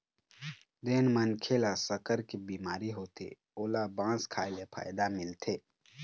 जेन मनखे ल सक्कर के बिमारी होथे ओला बांस खाए ले फायदा मिलथे